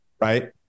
right